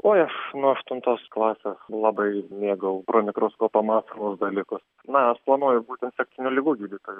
oj aš nuo aštuntos klasės labai mėgau pro mikroskopą matomus dalykus na aš planuoju būti infekcinių ligų gydytoju